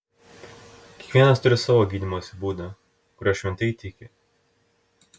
kiekvienas turi savo gydymosi būdą kuriuo šventai tiki